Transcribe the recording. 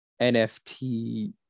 NFT